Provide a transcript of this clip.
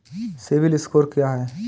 CIBIL score क्या है?